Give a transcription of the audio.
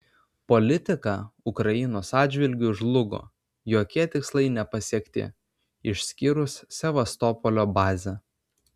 politika ukrainos atžvilgiu žlugo jokie tikslai nepasiekti išskyrus sevastopolio bazę